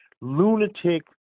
lunatic